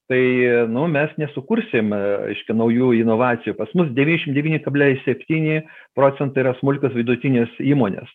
tai nu mes nesukursim reiškia naujų inovacijų pas mus devyniasdešim devyni kablelis septyni procentai yra smulkios vidutinės įmonės